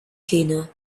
cleaner